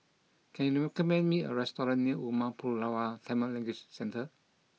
can you recommend me a restaurant near Umar Pulavar Tamil Language Centre